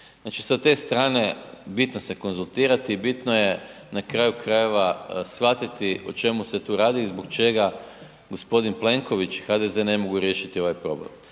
Znači sa te strane bitno se konzultirati, bitno je na kraju krajeva shvatiti o čemu se tu radi, zbog čega g. Plenković i HDZ ne mogu riješiti ovaj problem.